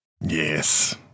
Yes